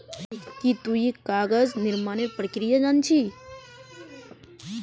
की तुई कागज निर्मानेर प्रक्रिया जान छि